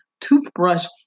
toothbrush